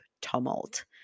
tumult